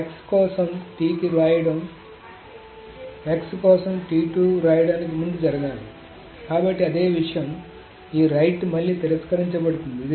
కాబట్టి x కోసం T కి వ్రాయడం x కోసం వ్రాయడానికి ముందు జరగాలి కాబట్టి అదే విషయం ఈ రైట్ మళ్లీ తిరస్కరించబడుతుంది